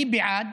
אני בעד